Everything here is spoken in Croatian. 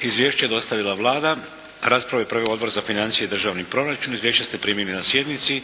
Izvješće je dostavila Vlada. Raspravu je proveo Odbor za financije i državni proračun. Izvješća ste primili na sjednici.